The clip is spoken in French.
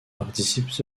participent